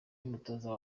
y’umutoza